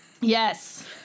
Yes